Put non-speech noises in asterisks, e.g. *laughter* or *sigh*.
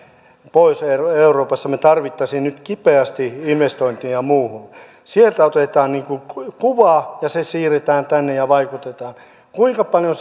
pohjois euroopassa me tarvitsisimme nyt kipeästi investointeja muuhun sieltä otetaan ikään kuin kuva ja se siirretään tänne ja vaikutetaan kuinka paljon *unintelligible*